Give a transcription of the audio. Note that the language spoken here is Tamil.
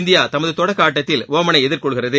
இந்தியா தமது தொடக்க ஆட்டத்தில் ஓமனை எதிர்கொள்கிறது